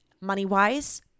Money-wise